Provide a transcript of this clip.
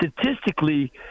statistically